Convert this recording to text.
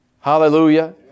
Hallelujah